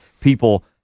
people